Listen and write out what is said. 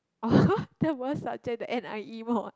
the worst subject the n_i_e mod